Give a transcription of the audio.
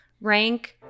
rank